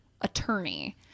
attorney